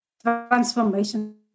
Transformation